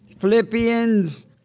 Philippians